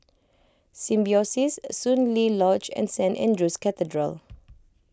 Symbiosis Soon Lee Lodge and Saint andrew's Cathedral